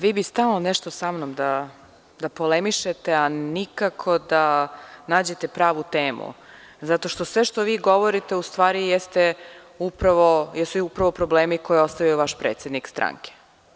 Vi bi stalno nešto samnom da polemišete, a nikako da nađete pravu temu, zato što sve što vi govorite u stvari jesu upravo problemi koje je ostavio vaš predsednik stranke.